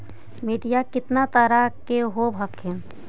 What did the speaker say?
मिट्टीया कितना तरह के होब हखिन?